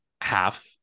half